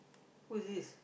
who is this